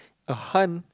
a hunt